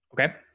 okay